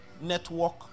network